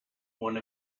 one